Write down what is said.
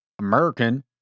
American